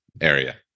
area